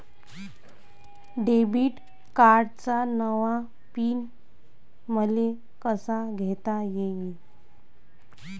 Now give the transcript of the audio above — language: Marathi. डेबिट कार्डचा नवा पिन मले कसा घेता येईन?